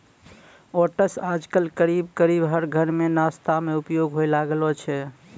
oats आजकल करीब करीब हर घर मॅ नाश्ता मॅ उपयोग होय लागलो छै